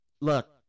Look